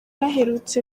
aherutse